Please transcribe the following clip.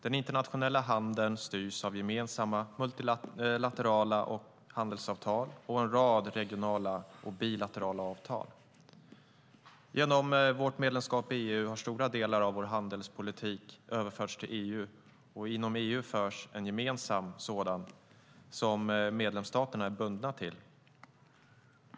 Den internationella handeln styrs av gemensamma multilaterala handelsavtal och en rad regionala och bilaterala avtal. Genom vårt medlemskap i EU har stora delar av vår handelspolitik överförts till EU. Inom EU förs en gemensam sådan som medlemsstaterna är bundna till.